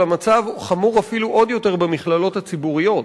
אבל המצב חמור אפילו עוד יותר במכללות הציבוריות.